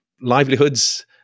livelihoods